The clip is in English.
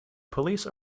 police